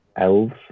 elves